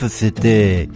c'était